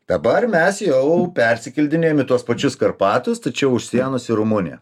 dabar mes jau persikeldinėjam į tuos pačius karpatus tačiau už sienos į rumuniją